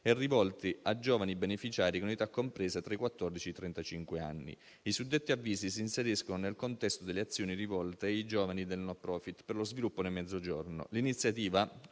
e rivolti a giovani beneficiari in un'età compresa tra i quattordici e i trentacinque anni. I suddetti avvisi si inseriscono nel contesto delle azioni rivolte ai giovani del *non profit* per lo sviluppo nel Mezzogiorno. L'iniziativa,